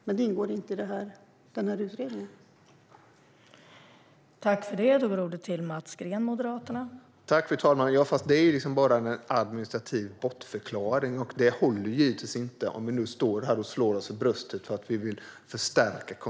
Men det ingår inte i den här utredningen.